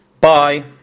bye